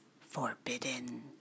forbidden